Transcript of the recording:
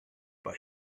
but